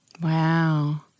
Wow